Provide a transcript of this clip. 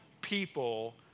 people